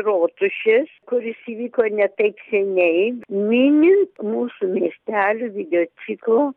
rotušės kuris įvyko ne taip seniai minint mūsų miestelių video ciklo